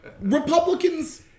Republicans